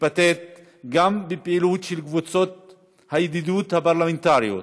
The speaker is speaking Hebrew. מתבטאת גם בפעילות של קבוצות הידידות הפרלמנטריות,